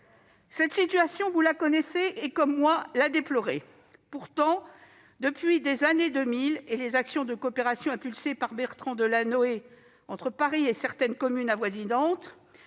Cette situation, vous la connaissez et, comme moi, vous la déplorez. Pourtant, depuis les années 2000 et les actions de coopération engagées par Bertrand Delanoë entre Paris et certaines communes avoisinantes,